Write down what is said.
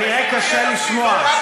כנראה קשה לשמוע.